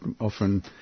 often